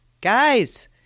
guys